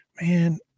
Man